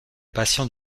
patients